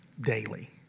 daily